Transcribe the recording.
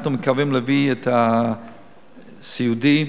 אנחנו מקווים להביא את הביטוח הסיעודי,